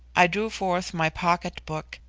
i drew forth my pocket-book,